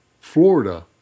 Florida